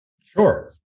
Sure